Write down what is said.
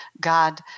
God